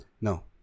No